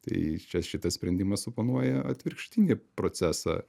tai čia šitas sprendimas suponuoja atvirkštinį procesą